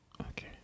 Okay